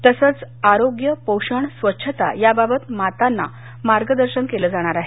तसंच आरोग्य पोषण स्वच्छता याबाबत मातांना मार्गदर्शन केलं जाणार आहे